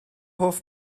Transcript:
hoff